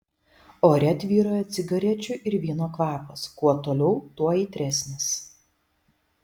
ore tvyrojo cigarečių ir vyno kvapas kuo toliau tuo aitresnis